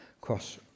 Cross